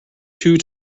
two